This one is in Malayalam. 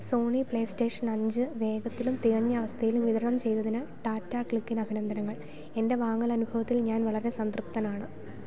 സോണി പ്ലേ സ്റ്റേഷൻ അഞ്ച് വേഗത്തിലും തികഞ്ഞ അവസ്ഥയിലും വിതരണം ചെയ്തതിന് ടാടാ ക്ലിക്കിനഭിനന്ദനങ്ങൾ എൻ്റെ വാങ്ങലനുഭവത്തിൽ ഞാൻ വളരെ സംതൃപ്തനാണ്